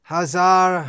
Hazar